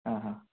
हां हां